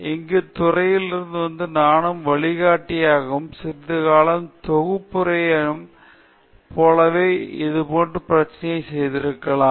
இங்கே நான் ஒரு துறையில் வந்து நானும் என் வழிகாட்டியும் ஒரு சிறிய தொகுதியினரைப் போலவே இதேபோன்ற பிரச்சனையைச் செய்திருக்கலாம்